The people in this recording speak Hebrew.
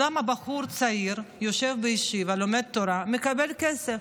למה בחור צעיר יושב בישיבה לומד תורה, מקבל כסף,